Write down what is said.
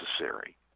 necessary